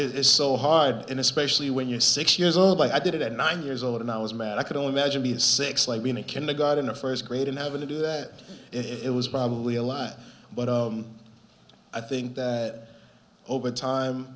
is it is so hard and especially when you're six years old i did it at nine years old and i was mad i could only imagine the six like me in a kindergarten or first grade and having to do that it was probably a lie but i think that over